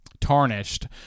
tarnished